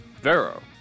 Vero